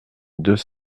deux